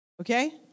Okay